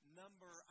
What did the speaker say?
number